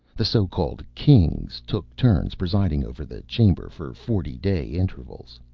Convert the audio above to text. the so-called kings took turns presiding over the chamber for forty day intervals.